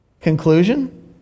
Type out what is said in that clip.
Conclusion